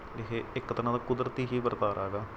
ਇਹ ਇੱਕ ਤਰ੍ਹਾਂ ਦਾ ਕੁਦਰਤੀ ਹੀ ਵਰਤਾਰਾ ਹੈਗਾ